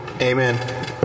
Amen